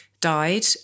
died